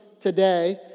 today